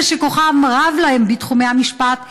אלה שכוחם רב להם בתחומי המשפט,